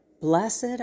Blessed